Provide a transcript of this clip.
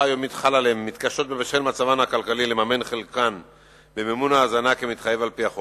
ביום ט"ו בכסלו התש"ע (2 בדצמבר 2009):